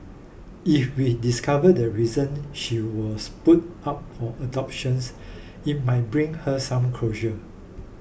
if we discover the reason she was put up for adoptions it might bring her some closure